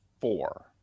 four